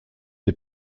des